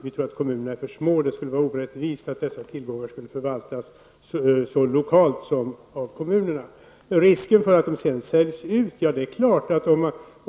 Vi tror att kommunerna är för små, och det skulle vara orättvist att dessa tillgångar förvaltas så lokalt som av kommunerna. Det sades att det finns en risk för att dessa tillgångar sedan kommer att säljas ut.